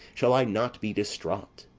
shall i not be distraught,